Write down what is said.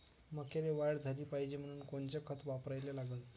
मक्याले वाढ झाली पाहिजे म्हनून कोनचे खतं वापराले लागन?